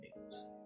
names